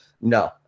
No